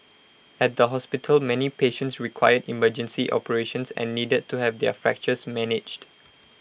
at the hospital many patients required emergency operations and needed to have their fractures managed